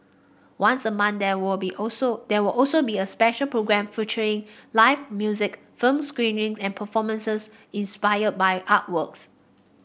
once a month there will be also there will also be a special programme featuring live music film screening and performances inspired by artworks